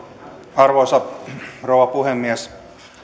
arvoisa rouva puhemies